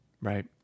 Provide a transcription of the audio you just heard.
right